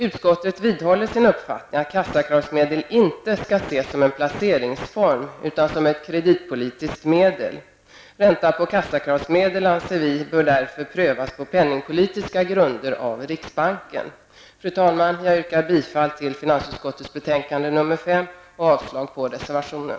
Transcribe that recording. Utskottet vidhåller sin uppfattning att kassakravsmedel inte skall ses som en placeringsform utan som ett kreditpolitiskt medel. Räntan på kassakravsmedel bör därför, anser vi, prövas på penningpolitiska grunder av riksbanken. Fru talman! Jag yrkar bifall till utskottets hemställan i finansutskottets betänkande nr 5 och avslag på reservationen.